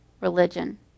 religion